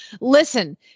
listen